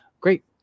Great